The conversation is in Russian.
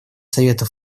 совета